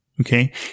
Okay